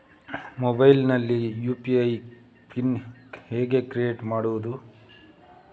Mobile ನಲ್ಲಿ UPI PIN ಹೇಗೆ create ಮಾಡುವುದು?